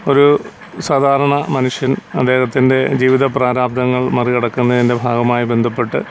ഒരു സാധാരണ മനുഷ്യൻ അദ്ദേഹത്തിൻ്റെ ജീവിത പ്രാരാബ്ദങ്ങൾ മറികടക്കുന്നതിൻ്റെ ഭാഗമായി ബന്ധപ്പെട്ട്